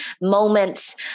moments